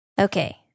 Okay